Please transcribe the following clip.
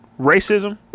racism